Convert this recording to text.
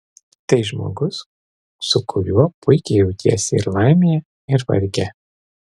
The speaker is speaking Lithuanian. tai žmogus su kuriuo puikiai jautiesi ir laimėje ir varge